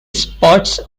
spots